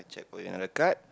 go another card